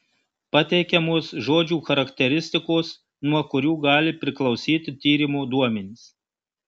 pateikiamos žodžių charakteristikos nuo kurių gali priklausyti tyrimo duomenys